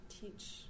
teach